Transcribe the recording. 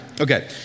Okay